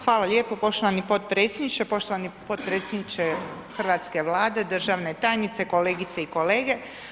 Hvala lijepo poštovani potpredsjedniče, poštovani potpredsjedniče hrvatske Vlade, državne tajnice, kolegice i kolege.